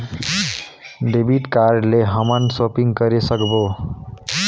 Debit card ले हमन shopping करे सकबो?